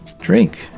Drink